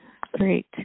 Great